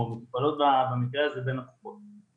או מטופלות במקרה הזה בין קופות החולים.